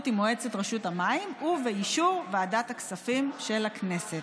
עם מועצת רשות המים ובאישור ועדת הכספים של הכנסת.